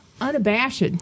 unabashed